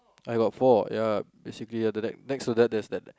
I got four ya basically ah the ne~ next to that there's that